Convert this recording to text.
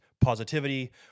positivity